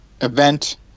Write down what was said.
event